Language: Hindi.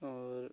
और